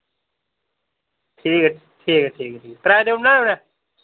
ठीक ऐ ठीक ऐ ठीक ऐ ठीक ऐ कराया देऊड़ना नि उ'नै